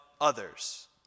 others